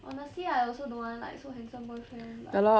honestly I also don't want like so handsome boyfriend bah